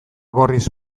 gorriz